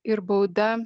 ir bauda